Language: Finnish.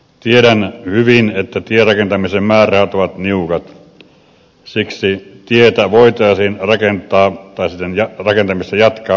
tiedän hyvin että tierakentamisen määrärahat ovat niukat siksi tietä voitaisiin rakentaa tai sen rakentamista jatkaa pikkuhiljaa